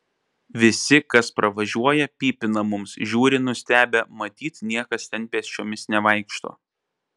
visi kas pravažiuoja pypina mums žiūri nustebę matyt niekas ten pėsčiomis nevaikšto